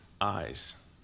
eyes